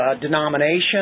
denomination